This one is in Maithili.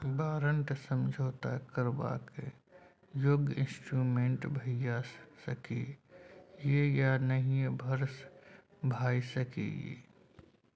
बारंट समझौता करबाक योग्य इंस्ट्रूमेंट भइयो सकै यै या नहियो भए सकै यै